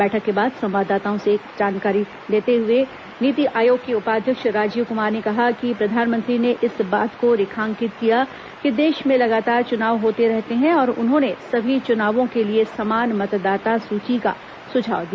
बैठक के बाद संवाददाताओं को जानकारी देते हुए नीति आयोग के उपाध्यक्ष राजीव कुमार ने कहा कि प्रधानमंत्री ने इस बात को रेखांकित किया कि देश में लगातार चुनाव होते रहते हैं और उन्होंने सभी चुनावों के लिए समान मतदाता सूची का सुझाव दिया